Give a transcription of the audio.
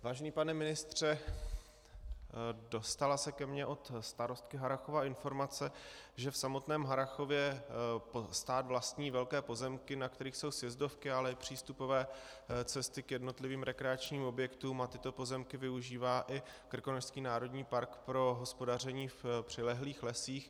Vážený pane ministře, dostala se ke mně od starostky Harrachova informace, že v samotném Harrachově stát vlastní velké pozemky, na kterých jsou sjezdovky, ale i přístupové cesty k jednotlivým rekreačním objektům, a tyto pozemky využívá i Krkonošský národní park pro hospodaření v přilehlých lesích.